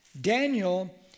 Daniel